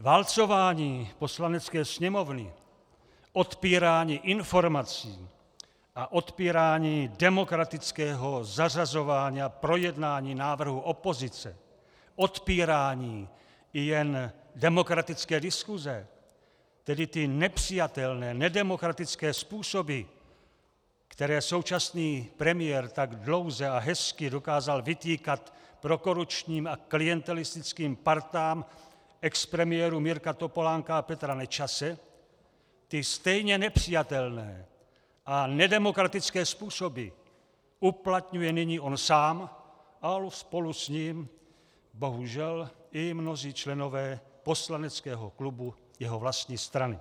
Válcování Poslanecké sněmovny, odpírání informací a odpírání demokratického zařazování a projednání návrhu opozice, odpírání i jen demokratické diskuse, tedy ty nepřijatelné, nedemokratické způsoby, které současný premiér tak dlouze a hezky dokázal vytýkat prokorupčním a klientelistickým partám expremiérů Mirka Topolánka a Petra Nečase, ty stejně nepřijatelné a nedemokratické způsoby uplatňuje nyní on sám a spolu s ním, bohužel, i mnozí členové poslaneckého klubu jeho vlastní strany.